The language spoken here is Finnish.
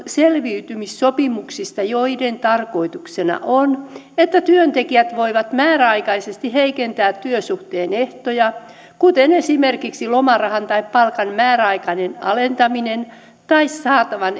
selviytymissopimuksista joiden tarkoituksena on että työntekijät voivat määräaikaisesti heikentää työsuhteen ehtoja kuten esimerkiksi alentaa lomarahaa tai palkkaa määräaikaisesti tai siirtää saatavan